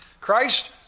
Christ